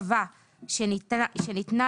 הוראות מעבר לעניין זכאות נוספת 40. יראו הטבה שניתנה